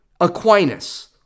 Aquinas